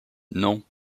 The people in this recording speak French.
non